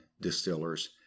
distillers